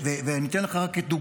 אני נותן לך כדוגמה,